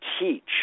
teach